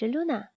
Luna